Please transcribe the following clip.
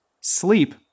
Sleep